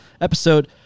episode